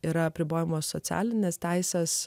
yra apribojamos socialines teises